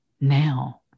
now